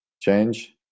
change